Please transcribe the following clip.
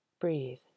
Breathe